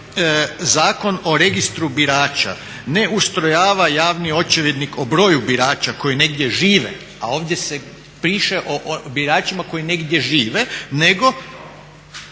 Zakon o registru birača ne ustrojava javni očevidnik o broju birača koji negdje žive, a ovdje se piše o biračima koji negdje žive, nego